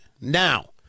now